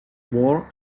war